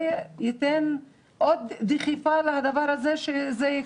זה ייתן עוד דחיפה לדבר הזה, כדי שזה יקרה.